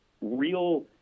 real